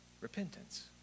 repentance